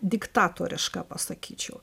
diktatoriška pasakyčiau